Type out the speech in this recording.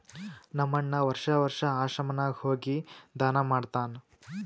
ನಮ್ ಅಣ್ಣಾ ವರ್ಷಾ ವರ್ಷಾ ಆಶ್ರಮ ನಾಗ್ ಹೋಗಿ ದಾನಾ ಮಾಡ್ತಾನ್